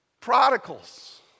Prodigals